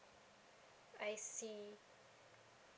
I see